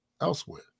elsewhere